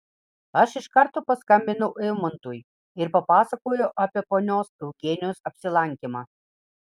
aš iš karto paskambinau eimantui ir papasakojau apie ponios eugenijos apsilankymą